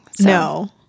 no